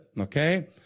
okay